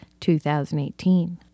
2018